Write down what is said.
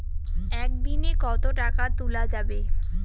একদিন এ কতো টাকা তুলা যাবে?